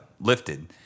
lifted